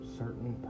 certain